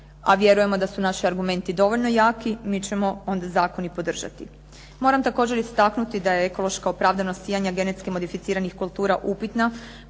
a vjerujemo da su naši argumenti dovoljno jaki, mi ćemo onda zakon i podržati. Moram također istaknuti da je ekološka opravdanost sijanja genetski modificiranih kultura upitna,